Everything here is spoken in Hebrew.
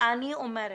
אני אומרת,